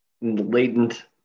latent